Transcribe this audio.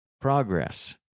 progress